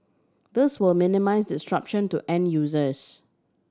this will minimise disruption to end users